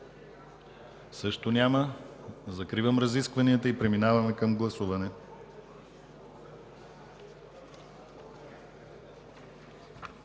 Също няма. Закривам разискванията и преминаваме към гласуване.